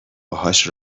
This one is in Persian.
باهاش